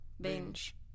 Binge